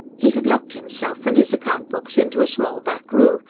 he had locked himself and his account-books into a small back room,